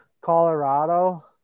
Colorado